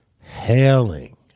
hailing